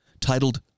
titled